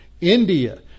India